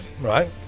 right